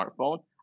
smartphone